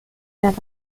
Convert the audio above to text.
رود